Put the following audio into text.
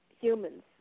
humans